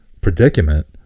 predicament